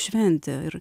šventė ir